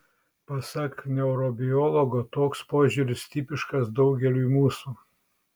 pasak neurobiologo toks požiūris tipiškas daugeliui mūsų